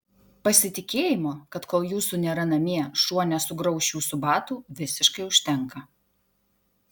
pasitikėjimo kad kol jūsų nėra namie šuo nesugrauš jūsų batų visiškai užtenka